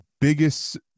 biggest